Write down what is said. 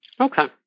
Okay